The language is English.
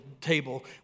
table